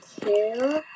two